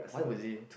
why was it